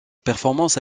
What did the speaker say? performance